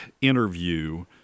interview